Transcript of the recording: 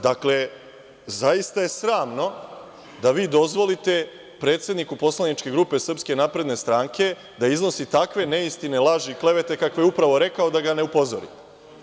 Dakle, zaista je sramno da vi dozvolite predsedniku poslaničke grupe SNS da iznosi takve neistine, laži i klevete kakve je upravo rekao, a da ga ne upozorite.